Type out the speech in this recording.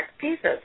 pieces